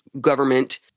government